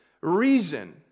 reason